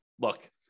look